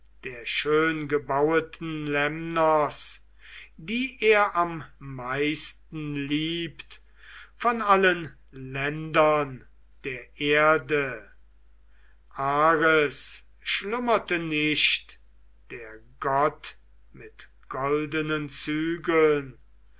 der schöngebaueten lemnos die er am meisten liebt von allen ländern der erde ares schlummerte nicht der gott mit goldenen zügeln